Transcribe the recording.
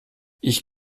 ich